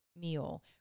meal